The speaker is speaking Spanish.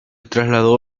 trasladó